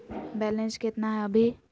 Balance केतना हय अभी?